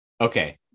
Okay